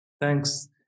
Thanks